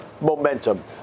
momentum